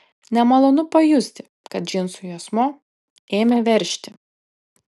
nemalonu pajusti kad džinsų juosmuo ėmė veržti